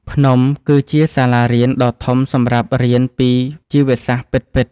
ភ្នំគឺជាសាលារៀនដ៏ធំសម្រាប់រៀនពីជីវសាស្ត្រពិតៗ។